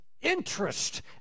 interest